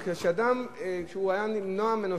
מפני שאדם שהיה נמנע ממנו,